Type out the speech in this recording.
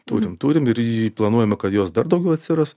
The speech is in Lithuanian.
turim turim ir planuojam kad jos dar daugiau atsiras